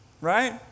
right